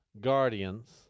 Guardians